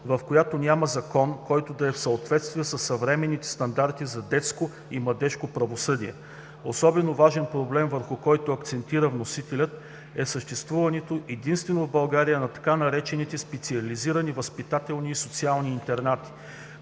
в която няма закон, който да е в съответствие със съвременните стандарти за детско и младежко правосъдие. Особено важен проблем, върху който акцентира вносителят, е съществуването единствено в България на така наречените „специализирани възпитателни и социални интернати“.